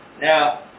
Now